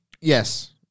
Yes